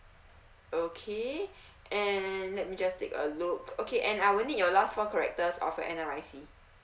okay and let me just take a look okay and I will need your last four characters of N_R_I_C